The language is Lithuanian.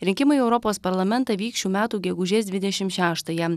rinkimai į europos parlamentą vyks šių metų gegužės dvidešimt šeštąją